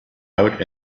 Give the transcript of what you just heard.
out